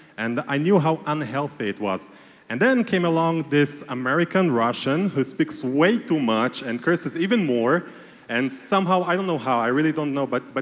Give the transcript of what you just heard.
and i knew how unhealthy it was and then came along this american russian who speaks way too much and curses even more and somehow i don't know how, i really don't know, but, but